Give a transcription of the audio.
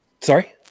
Sorry